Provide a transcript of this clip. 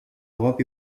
europe